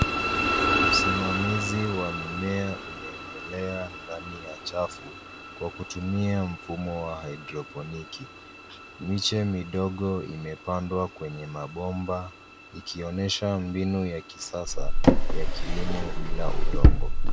Usimamizi wa mimea unaendelea ndani ya chafu kwa kutumia mfumo wa haidroponiki. Miche midogo imepandwa kwenye mambomba ikionyesha mbinu ya kisasa ya kilimo bila udongo.